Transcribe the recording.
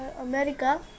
America